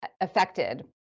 affected